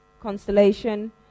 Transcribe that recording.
constellation